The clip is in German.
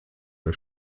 der